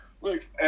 look